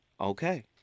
Okay